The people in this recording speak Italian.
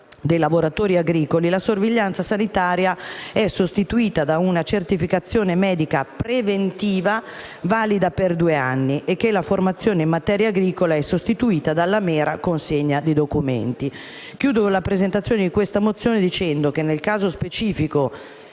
dei lavoratori agricoli, che la sorveglianza sanitaria è sostituita da una certificazione medica preventiva valida per due anni e che la formazione in materia agricola è sostituita dalla mera consegna di documenti. Concludo l'illustrazione delle presente mozione dicendo che, nel caso specifico,